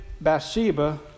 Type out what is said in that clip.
Bathsheba